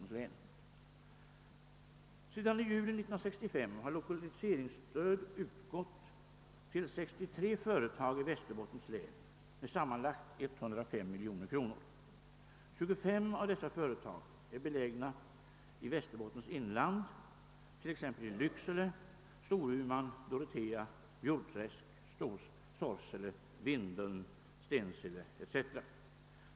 Sedan 1 juli 1965 har lokaliseringsstöd utgått till 63 företag i Västerbottens län med sammanlagt 103 miljoner kronor. Tjugofem av dessa företag är belägna i Västerbottens inland, t.ex. i Lycksele, Storuman, Dorotea, Bjurträsk, Sorsele, Vindeln, Stensele ete.